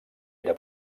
era